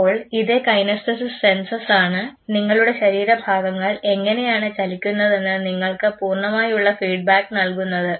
അപ്പോൾ ഇതേ കൈനസ്തെസിസ് സെൻസസ്സാണ് നിങ്ങളുടെ ശരീരഭാഗങ്ങൾ എങ്ങനെയാണ് ചലിക്കുന്നതെന്ന് നിങ്ങൾക്ക് പൂർണമായുള്ള ഫീഡ്ബാക്ക് നൽകുന്നത്